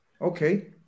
Okay